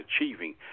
achieving